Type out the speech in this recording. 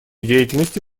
деятельности